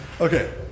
okay